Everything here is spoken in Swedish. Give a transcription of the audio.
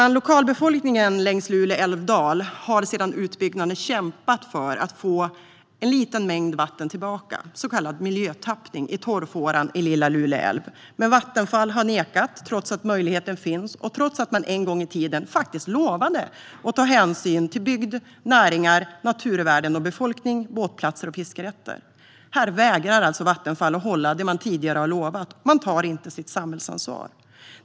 Lokalbefolkningen längs Lule älvdal har sedan utbyggnaden kämpat för att återfå en liten mängd vatten, så kallad miljötappning, i torrfåran i Lilla Luleälven, men Vattenfall har nekat trots att möjligheten finns och trots att man en gång i tiden faktiskt lovade att ta hänsyn till bygd, näringar, naturvärden och befolkning, båtplatser och fiskerätter. Här vägrar Vattenfall alltså att hålla det man tidigare lovat och tar inte sitt samhällsansvar.